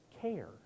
care